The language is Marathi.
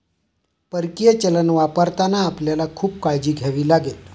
परकीय चलन वापरताना आपल्याला खूप काळजी घ्यावी लागेल